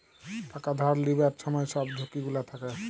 টাকা ধার লিবার ছময় ছব ঝুঁকি গুলা থ্যাকে